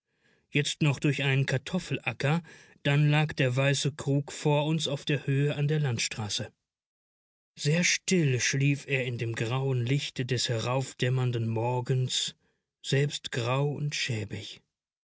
jetzt noch durch einen kartoffelacker dann lag der weiße krug vor uns auf der höhe an der landstraße sehr still schlief er in dem grauen lichte des heraufdämmernden morgens selbst grau und schäbig